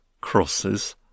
crosses